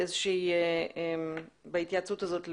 בהתייעצות הזאת,